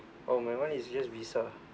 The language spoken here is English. oh my [one] is just Visa